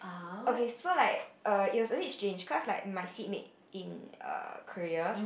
okay so like err it was a bit strange cause like my seat mate in err Korea